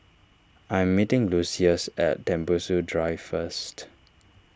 I am meeting Lucious at Tembusu Drive first